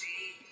See